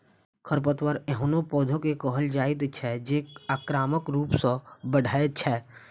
खरपतवार एहनो पौधा कें कहल जाइ छै, जे आक्रामक रूप सं बढ़ै छै